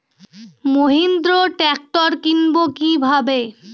Mahindra tractor কিনবো কি ভাবে?